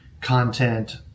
content